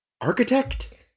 Architect